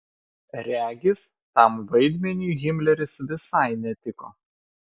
regis tam vaidmeniui himleris visai netiko